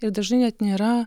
ir dažnai net nėra